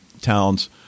town's